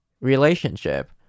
relationship